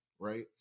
Right